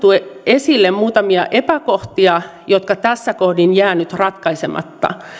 esille muutamia epäkohtia jotka tässä kohdin jäävät nyt ratkaisematta